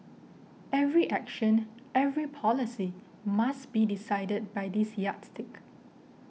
every action every policy must be decided by this yardstick